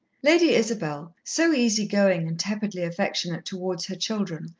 lady isabel, so easy-going and tepidly affectionate towards her children,